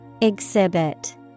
Exhibit